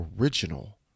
original